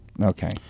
okay